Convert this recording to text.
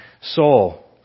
soul